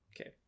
Okay